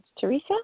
Teresa